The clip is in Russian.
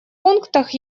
пунктах